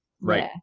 Right